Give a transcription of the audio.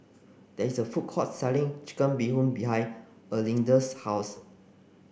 there is a food court selling chicken Bee Hoon behind Erlinda's house